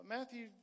Matthew